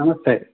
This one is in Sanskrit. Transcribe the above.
नमस्ते